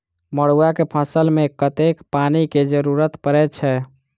मड़ुआ केँ फसल मे कतेक पानि केँ जरूरत परै छैय?